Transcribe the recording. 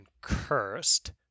cursed